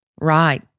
Right